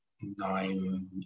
nine